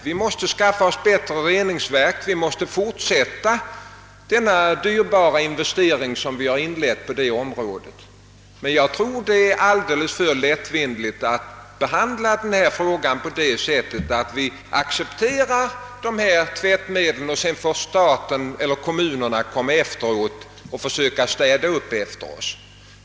Vi måste skaffa oss bättre reningsverk, vi måste fortsätta den dyrbara investering som vi har inlett på detta område. Men jag tror att det är alldeles för lättvindigt att behandla frågan på det sättet att vi accepterar ifrågavarande tvättmedel och sedan får staten eller kommunerna för söka att städa upp efter oss.